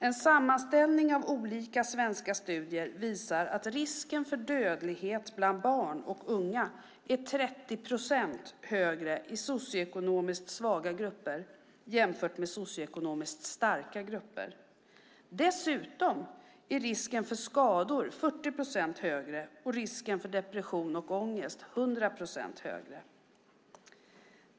En sammanställning av olika svenska studier visar att risken för dödlighet bland barn och unga är 30 % högre i socioekonomiskt svaga grupper jämfört med socioekonomiskt starka grupper. Dessutom är risken för skador 40 % högre och risken för depression och ångest 100 % högre.